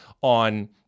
on